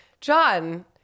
John